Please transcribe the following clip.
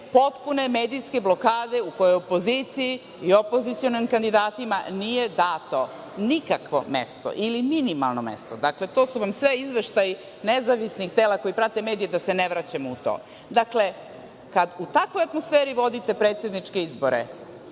potpune medijske blokade u kojoj i opoziciji i opozicionim kandidatima nije dato nikakvo mesto ili minimalno mesto, dakle to su vam sve izveštaji nezavisnih tela koje prate medije, da se ne vraćamo u to. Dakle, kad u takvoj atmosferi vodite predsedničke izbore,